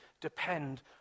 depend